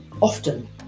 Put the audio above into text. often